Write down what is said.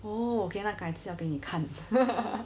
oh okay lah 改次要给你看